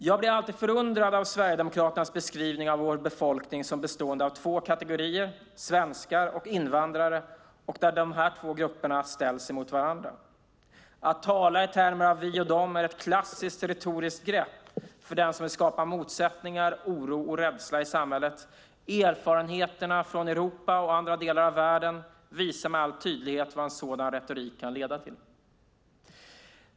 Jag blir alltid förundrad av Sverigedemokraternas beskrivning av vår befolkning som bestående av två kategorier, svenskar och invandrare, och där dessa grupper jämt ställs mot varandra. Att tala i termer av "vi och de" är ett klassiskt retoriskt grepp för den som vill skapa motsättningar, oro och rädsla i samhället. Erfarenheter från Europa och andra delar av världen visar med all tydlighet vad en sådan retorik kan leda till.